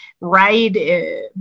right